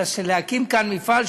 אלא להקים כאן מפעל,